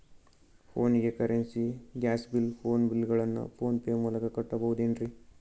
ಫೋನಿಗೆ currency, gas bill, phone bill ಗಳನ್ನು PhonePe ಮೂಲಕ ಕಟ್ಟಬಹುದೇನ್ರಿ?